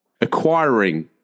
acquiring